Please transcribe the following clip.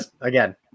again